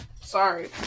Sorry